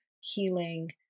healing